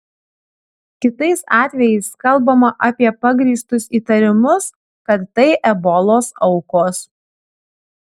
kitais atvejais kalbama apie pagrįstus įtarimus kad tai ebolos aukos